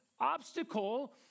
obstacle